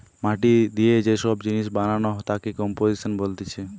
মাটি যে সব জিনিস দিয়ে বানানো তাকে কম্পোজিশন বলতিছে